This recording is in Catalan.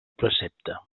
precepte